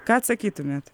ką atsakytumėt